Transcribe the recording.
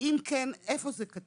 אם כן, איפה זה כתוב?